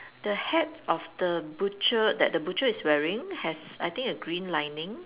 the hat of the butcher that the butcher is wearing has I think a green lining